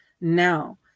now